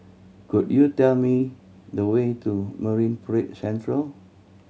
could you tell me the way to Marine Parade Central